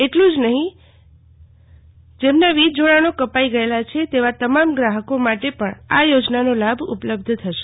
એટલું જ નહી જેમના વીજ જોડાણો કપાઇ ગયેલા છે તેવા તમામ ગ્રાહકો માટે પણ આ યોજનાનો લાભ ઉપલબ્ધ થશે